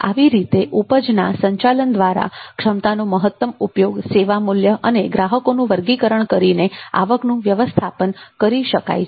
આવી રીતે ઉપજના સંચાલન દ્વારા ક્ષમતાનો ઉપયોગ સેવા મૂલ્ય અને ગ્રાહકોનું વર્ગીકરણ કરીને આવકનું વ્યવસ્થાપન કરી શકાય છે